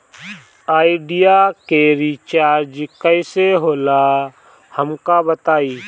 Idea के recharge कईसे होला हमका बताई?